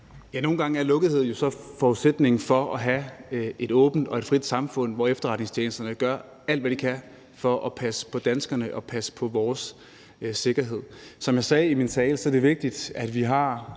nogle gange er en lukkethed jo så forudsætningen for at have et åbent og et frit samfund, hvor efterretningstjenesterne gør alt, hvad de kan, for at passe på danskerne og passe på vores sikkerhed. Som jeg sagde i min tale, er det også vigtigt, at vi har